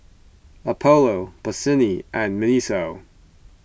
Apollo Bossini and Miniso